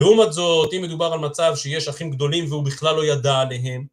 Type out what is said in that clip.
לעומת זאת, אם מדובר על מצב שיש אחים גדולים והוא בכלל לא ידע עליהם...